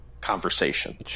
conversation